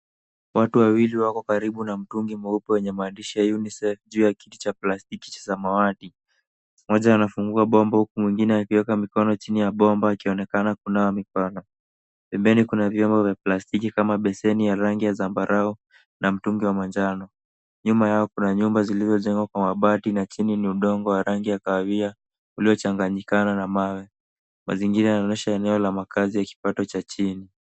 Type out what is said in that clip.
Watu wawili wako karibu na mtungi mweupe wenye maandishi ya Unicef juu ya kiti cha plastiki cha samawati. Mmoja anafungua bomba huku mwingine akiweka mikono chini ya bomba, akionekana kunawa mikono. Pembeni kuna vyombo vya plastiki kama beseni ya rangi ya zambarau na mtungi wa manjano. Nyuma yao kuna nyumba zilizojengwa kwa mabati na chini ni udongo wa rangi ya kahawia uliochanganyikana na mawe. Mazingira yanaonyesha eneo la makazi ya kipato cha chini.